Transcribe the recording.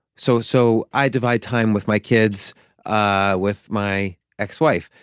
so so i divide time with my kids ah with my ex-wife.